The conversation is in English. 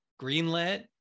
Greenlit